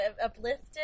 uplifted